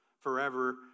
forever